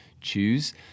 choose